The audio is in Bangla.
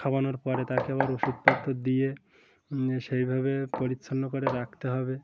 খাওয়ানোর পরে তাকে আবার ওষুধপত্র দিয়ে সেইভাবে পরিচ্ছন্ন করে রাখতে হবে